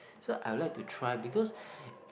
so I would like to try because